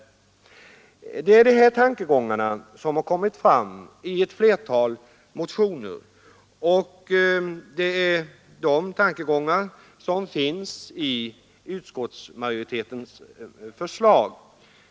Samma tanke har framkommit i ett flertal motioner, och samma tankegångar finns med i utskottsmajoritetens förslag.